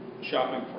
shopping